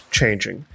changing